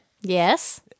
yes